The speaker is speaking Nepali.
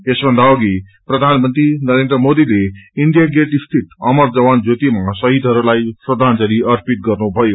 यसभन्दा अधि प्रधानमंत्री नरेन्द्र मोदीले ईण्डिया गेटस्थित अमर जवान त्योतिमा शहीदहस्लाई श्रदाजंली अर्पित गर्नुभयो